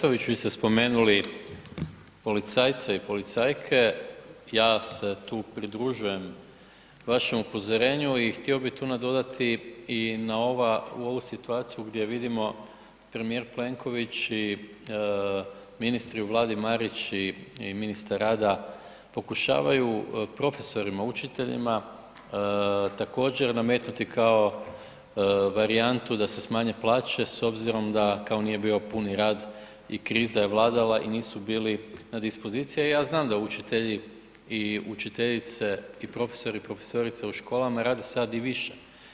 Kolegice Ahmetović, vi ste spomenuli policajce i policajke, ja se tu pridružujem vašem upozorenju i htio bi tu nadodati i na ovu situaciju gdje vidimo premijer Plenković i ministri u Vladi, Marić i ministar rada, pokušavaju profesorima, učiteljima također nametnuti kao varijantu da se smanje plaće s obzirom da kao nije bio puni rad i kriza je vladala i nisu bili na dispoziciji a ja znam da učitelji i učiteljice i profesori i profesorice u školama rade sad i više.